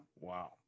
Wow